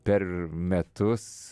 per metus